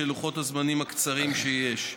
בשל לוחות הזמנים הקצרים שיש.